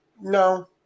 no